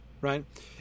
Right